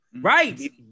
Right